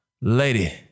lady